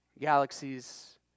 Galaxies